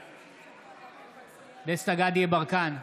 בעד דסטה גדי יברקן,